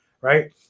right